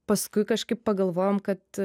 paskui kažkaip pagalvojom kad